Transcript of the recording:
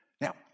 Now